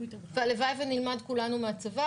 והלוואי שנלמד כולנו מהצבא,